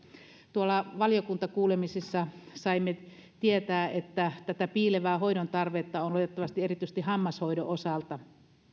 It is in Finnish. tuolla valiokuntakuulemisissa saimme tietää että tätä piilevää hoidon tarvetta on oletettavasti erityisesti hammashoidon osalta